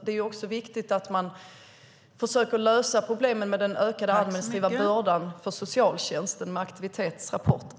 Det är viktigt att man också försöker lösa problemen med den ökade administrativa bördan för socialtjänsten med aktivitetsrapporter.